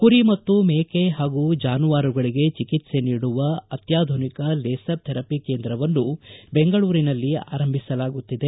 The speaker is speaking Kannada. ಕುರಿ ಮತ್ತು ಮೇಕೆ ಹಾಗೂ ಜಾನುವಾರುಗಳಿಗೆ ಚಿಕಿತ್ಸೆ ನೀಡುವ ಅತ್ಯಾಧುನಿಕ ಲೇಸರ್ ಥೆರಪಿ ಕೇಂದ್ರವನ್ನು ಬೆಂಗಳೂರಿನಲ್ಲಿ ಆರಂಭಿಸಲಾಗುತ್ತಿದೆ